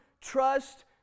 trust